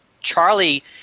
Charlie